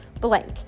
blank